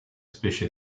specie